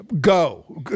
Go